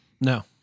No